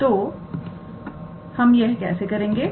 तो हम यह कैसे करेंगे